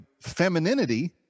femininity